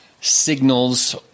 signals